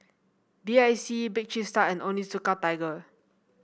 B I C Bake Cheese Tart and Onitsuka Tiger